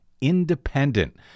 independent